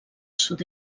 sud